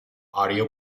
audio